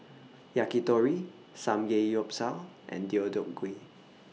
Yakitori Samgeyopsal and Deodeok Gui